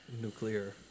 nuclear